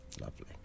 Lovely